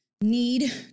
need